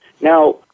Now